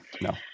no